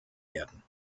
werden